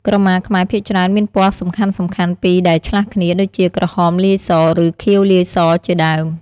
ក្រមាខ្មែរភាគច្រើនមានពណ៌សំខាន់ៗពីរដែលឆ្លាស់គ្នា ដូចជា ក្រហមលាយស ឬ ខៀវលាយស ជាដើម។